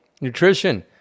Nutrition